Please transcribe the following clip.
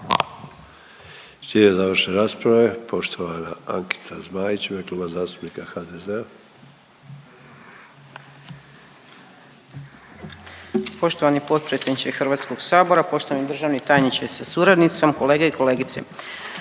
Slijede završne rasprave poštovana Ankica Zmaić u ime Kluba zastupnika HDZ-a. **Zmaić, Ankica (HDZ)** Poštovani potpredsjedniče Hrvatskog sabora, poštovani državni tajniče sa suradnicom, kolege i kolegice.